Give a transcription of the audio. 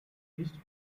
east